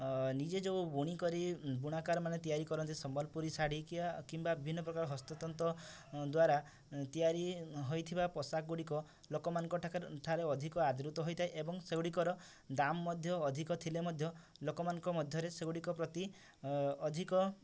ନିଜେ ଯୋଉ ବୁଣି କରି ବୁଣାକାରମାନେ ତିଆରି କରନ୍ତି ସମ୍ୱଲପୁରୀ ଶାଢ଼ୀ କିଆ କିମ୍ୱା ବିଭିନ୍ନ ପ୍ରକାର ହସ୍ତତନ୍ତ ଦ୍ୱାରା ତିଆରି ହୋଇଥିବା ପୋଷାକଗୁଡ଼ିକ ଲୋକମାନଙ୍କ ଠାରେ ଅଧିକ ଆଦୃତ ହୋଇଥାଏ ଏବଂ ସେଗୁଡ଼ିକର ଦାମ୍ ମଧ୍ୟ ଅଧିକ ଥିଲେ ମଧ୍ୟ ଲୋକମାନଙ୍କ ମଧ୍ୟରେ ସେଗୁଡ଼ିକ ପ୍ରତି ଅଧିକ